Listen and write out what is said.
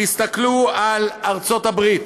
תסתכלו על ארצות-הברית,